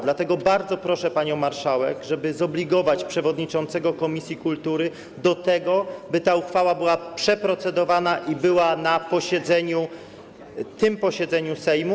Dlatego bardzo proszę panią marszałek, żeby zobligować przewodniczącego komisji kultury do tego, by ta uchwała była przeprocedowana na tym posiedzeniu Sejmu.